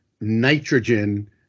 nitrogen